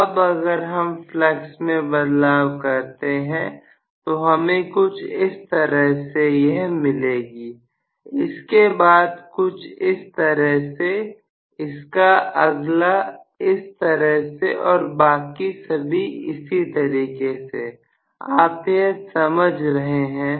अब अगर हम फ्लक्स में बदलाव करते हैं तो हमें कुछ इस तरह से यह मिलेगी इसके बाद कुछ इस तरह से इसका अगला इस तरह से और बाकी सभी इसी तरीके से आप यह समझ रहे हैं ना